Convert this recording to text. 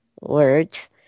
words